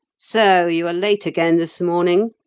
so you are late again this morning,